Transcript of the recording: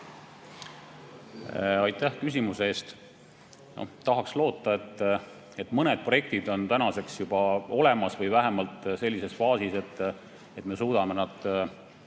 Aitäh küsimuse eest! Tahaks loota, et mõned projektid on tänaseks juba olemas või vähemalt sellises faasis, et me suudame need